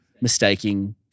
mistaking